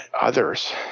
others